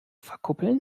verkuppeln